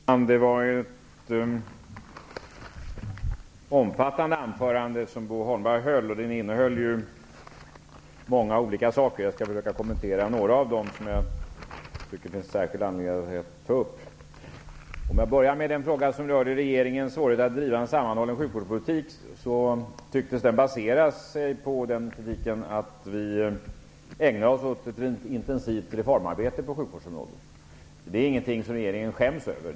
Fru talman! Det var ett omfattande anförande som Bo Holmberg höll. Det innehöll många olika saker. Jag skall försöka kommentera några av dem, som det finns särskild anledning att ta upp. Jag börjar med den fråga som rörde regeringens svårighet att driva en sammanhållen sjukvårdspolitik. Den tycktes basera sig på kritiken att vi ägnar oss åt ett intensivt reformarbete på sjukvårdsområdet. Det är ingenting som regeringen skäms över.